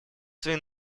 свои